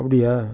அப்படியா